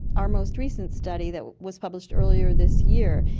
our most recent study that was published earlier this year,